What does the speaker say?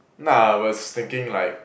nah I was thinking like